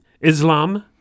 Islam